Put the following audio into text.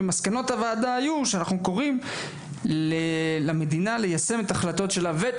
ומסקנות הוועדה היו שאנחנו קוראים למדינה ליישם את ההחלטות שלה ואת